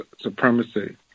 supremacy